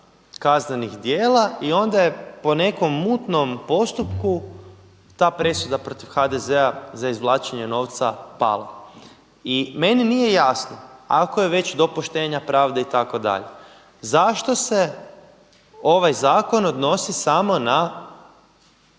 kaznenih djela i onda je po nekom mutnom postupku ta presuda protiv HDZ-a za izvlačenje novca pala. I meni nije jasno ako je već do poštenja pravde itd. zašto se ovaj zakon odnosi samo